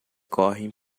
correm